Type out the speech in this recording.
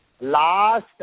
last